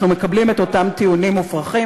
אנחנו מקבלים את אותם טיעונים מופרכים